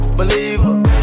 believer